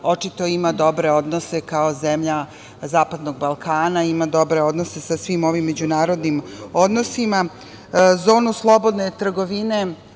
očito ima dobre odnose kao zemlja zapadnog Balkana, ima dobre odnose sa svim ovim međunarodnim odnosima. Zonu slobodne trgovine